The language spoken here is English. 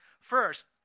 First